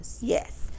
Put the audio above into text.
yes